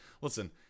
Listen